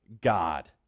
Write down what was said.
God